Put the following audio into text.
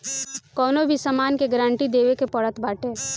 कवनो भी सामान के गारंटी देवे के पड़त बाटे